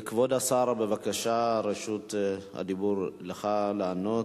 כבוד השר, בבקשה, רשות הדיבור לך לענות.